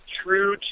true